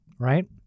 right